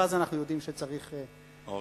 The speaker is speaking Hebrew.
ואז אנחנו יודעים שצריך לסיים,